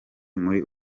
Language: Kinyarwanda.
muri